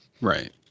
Right